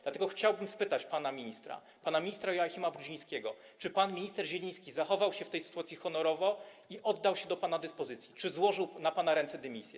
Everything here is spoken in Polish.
Dlatego chciałbym spytać pana ministra Joachima Brudzińskiego: Czy pan minister Zieliński zachował się w tej sytuacji honorowo i oddał się do pana dyspozycji, czy złożył na pana ręce dymisję?